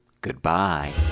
goodbye